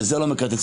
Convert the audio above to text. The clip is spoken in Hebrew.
בזה לא מקצצים,